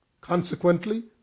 Consequently